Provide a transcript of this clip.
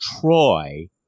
Troy